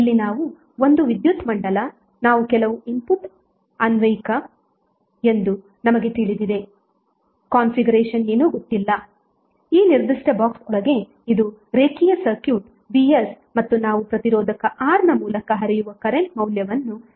ಇಲ್ಲಿ ನಾವು ಒಂದು ವಿದ್ಯಾಥ್ ಮಂಡಲ ನಾವು ಕೆಲವು ಇನ್ಪುಟ್ ಅನ್ವಯಿಕ ಎಂದು ನಮಗೆ ತಿಳಿದಿದೆ ಕಾನ್ಫಿಗರೇಶನ್ ಏನು ಗೊತ್ತಿಲ್ಲ ಈ ನಿರ್ದಿಷ್ಟ ಬಾಕ್ಸ್ ಒಳಗೆ ಇದು ರೇಖೀಯ ಸರ್ಕ್ಯೂಟ್ vs ಮತ್ತು ನಾವು ಪ್ರತಿರೋಧಕ R ನ ಮೂಲಕ ಹರಿಯುವ ಕರೆಂಟ್ ಮೌಲ್ಯವನ್ನು ಏನು ಎಂದು ಕಂಡು ಹಿಡಿತೇವೆ